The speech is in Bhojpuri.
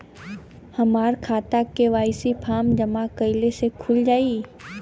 हमार खाता के.वाइ.सी फार्म जमा कइले से खुल जाई?